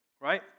right